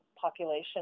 population